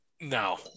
no